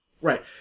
Right